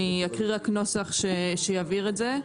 אני אקריא רק נוסח שיבהיר את זה.